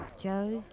Joe's